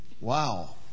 Wow